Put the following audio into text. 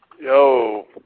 Yo